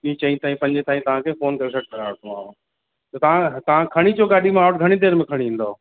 T चईं ताईं पंजे ताईं तव्हांखे फ़ोन करे छॾ कराए रखंदोमांव त तव्हां तव्हां खणी अचो गाॾी मां वटि घणी देरि में खणी ईंदव